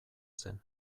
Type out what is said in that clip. zen